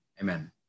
amen